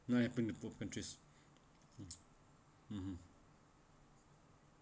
that happened to both countries (uh huh)